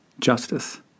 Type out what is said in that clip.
justice